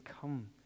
come